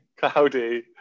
cloudy